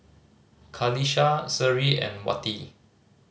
Qalisha Seri and Wati